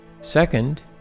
Second